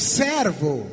servo